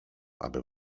aby